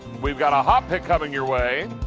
we've got a hot pick coming your way.